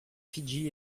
fidji